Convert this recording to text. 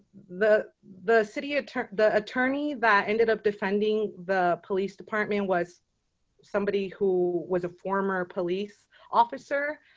the, the city attorney, the attorney that ended up defending the police department was somebody who was a former police officer.